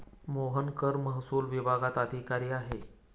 मोहन कर महसूल विभागात अधिकारी आहे